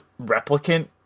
replicant